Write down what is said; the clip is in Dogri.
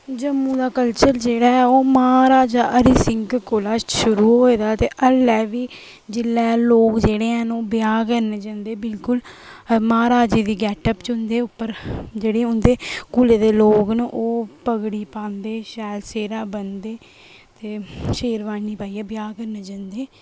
जम्मू दा कल्चर जेह्ड़ा ऐ ओह् महाराजा हरि सिंह कोला शुरू होए दा ते हल्लै बी जेल्लै लोक जेह्ड़े हैन ओह् ब्याह् करने ई जंदे बिल्कुल महाराजा दी गैट्टअप च उं'दे उप्पर जेह्ड़े उं'दे कुलै दे लोक न ओह् पगड़ी पांदे शैल सेह्रा बनदे ते शेरवानी पाइयै ब्याह् करने ई जंदे